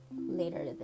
later